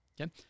Okay